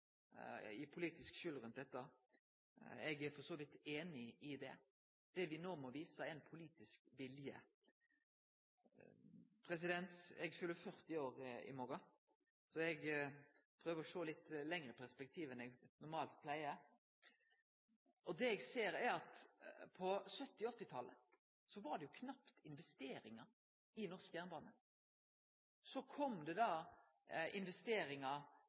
at politisk skylddeling er eit eigna ord rundt dette. Eg er for så vidt einig i det. Det me no må vise, er politisk vilje. Eg fyller 40 år i morgon, så eg prøver å sjå i litt lengre perspektiv enn eg normalt pleier. Det eg ser, er at på 1970- og 1980-talet var det knapt investeringar i norsk jernbane. Så kom det da investeringar